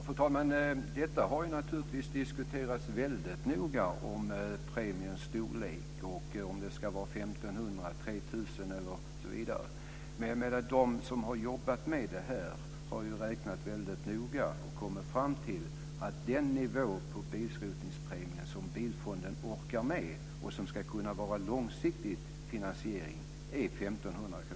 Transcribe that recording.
Fru talman! Man har naturligtvis väldigt noga diskuterat premiens storlek, om den ska uppgå till 1 500 kr eller 3 000 kr eller läggas på någon annan nivå. Man har räknat väldigt noga på detta och kommit fram till att den nivå på bilskrotningspremien som bilfonden orkar med och som ska kunna ge en långsiktig finansiering är 1 500 kr.